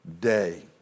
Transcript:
day